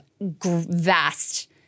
vast